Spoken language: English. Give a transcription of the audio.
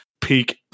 peak